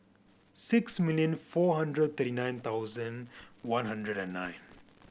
six million four hundred thirty nine thousand one hundred and nine